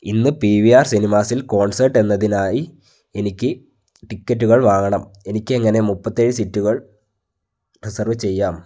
ഇന്ന് P V R സിനിമാസിൽ concert എന്നതിനായി എനിക്ക് ടിക്കറ്റുകൾ വാങ്ങണം എനിക്ക് എങ്ങനെ മുപ്പത്തേഴ് സീറ്റുകൾ റിസർവ് ചെയ്യാം